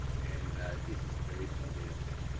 and this is a very small data set.